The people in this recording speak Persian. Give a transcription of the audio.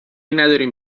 ندارین